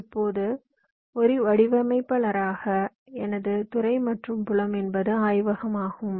இப்போது ஒரு வடிவமைப்பாளராக எனது துறை மற்றும் புலம் எனது ஆய்வகமாகும்